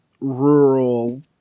rural